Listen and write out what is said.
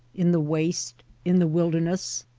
in the waste, in the wilder ness!